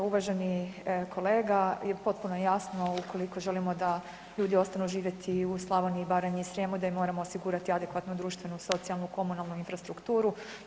Uvaženi kolega, potpuno je jasno ukoliko želimo da ljudi ostanu živjeti u Slavoniji, Baranji i Srijemu da im moramo osigurati adekvatnu društvenu, socijalnu, komunalnu infrastrukturu.